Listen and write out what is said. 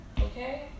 Okay